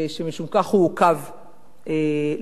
ושמשום כך הוא עוכב לחקירה,